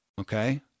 okay